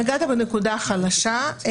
נגעת בנקודה החלשה.